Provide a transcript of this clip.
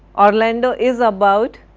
orlando is about,